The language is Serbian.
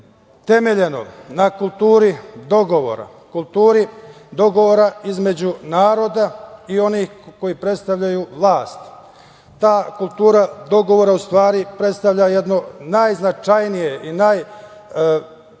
temeljno na kulturi dogovora, kulturi dogovora između naroda i onih koji predstavljaju vlast. Ta kultura dogovora u stvari predstavlja jedno najznačajnije i najveće